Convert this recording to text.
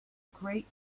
great